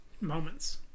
moments